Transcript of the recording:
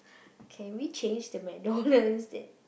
can we change the McDonald instead